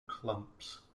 clumps